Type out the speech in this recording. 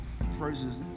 verses